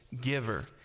giver